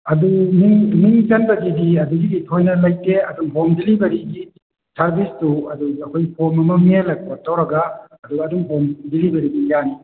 ꯑꯗꯨ ꯏꯃꯨꯡ ꯏꯃꯨꯡ ꯆꯪꯗꯕꯤꯗꯤ ꯑꯗꯨꯒꯤꯗꯤ ꯊꯣꯏꯅ ꯂꯩꯇꯦ ꯑꯗꯨꯝ ꯍꯣꯝ ꯗꯦꯂꯤꯚꯔꯤꯒꯤ ꯁꯔꯚꯤꯁꯇꯨ ꯑꯗꯨ ꯑꯩꯈꯣꯏ ꯐꯣꯔꯝ ꯑꯃ ꯃꯦꯜꯂꯒ ꯇꯧꯔꯒ ꯑꯗꯨꯒ ꯑꯗꯨꯝ ꯍꯣꯝ ꯗꯦꯂꯤꯚꯔꯤꯒꯤ ꯌꯥꯅꯤ